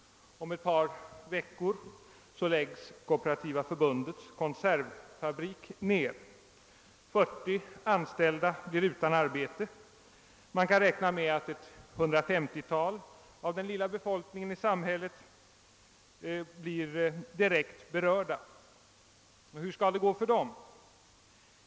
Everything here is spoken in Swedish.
Om ett par veckor läggs Kooperativa förbundets konservfabrik ner, och 40 anställda blir utan arbete. Man kan räkna med att omkring 150 personer av den lilla befolkningen i samhället blir direkt berörda. Hur skall det gå för dem?